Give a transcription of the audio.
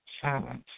silence